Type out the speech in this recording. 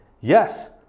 yes